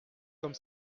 comme